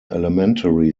elementary